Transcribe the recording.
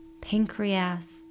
pancreas